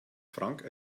frank